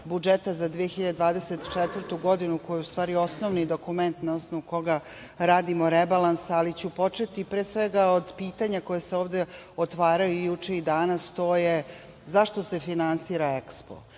budžeta za 2024. godinu, koji je u stvari osnovni dokument na osnovu koga radimo rebalans, ali ću početi, pre svega, od pitanja koje se ovde otvaraju juče i danas, to je zašto se finansira